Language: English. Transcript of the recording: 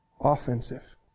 offensive